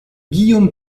guillaume